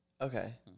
Okay